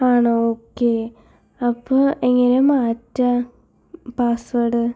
ആണോ ഒക്കെ അപ്പോൾ എങ്ങനെയാണ് മാറ്റുക പാസ്സ്വേർഡ്